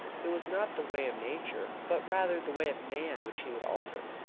it was not the way of nature, but rather the way of man which he would alter.